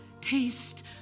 Taste